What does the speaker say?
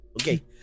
okay